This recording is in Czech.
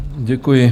Děkuji.